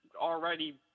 already